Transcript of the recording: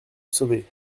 sauver